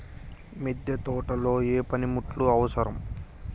మిద్దె తోటలో ఏ పనిముట్లు అవసరం?